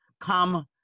come